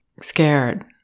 scared